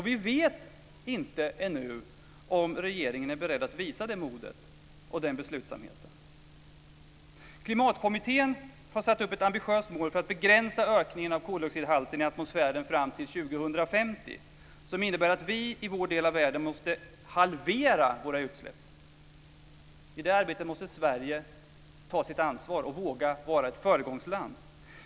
Vi vet inte ännu om regeringen är beredd att visa det modet och den beslutsamheten. Klimatkommittén har satt upp ett ambitiöst mål för att begränsa ökningen av koldioxidhalten i atmosfären fram till 2050 som innebär att vi i vår del av världen måste halvera våra utsläpp. I det arbetet måste Sverige ta sitt ansvar och våga vara ett föregångsland.